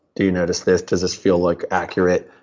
do you notice this? does this feel like accurate?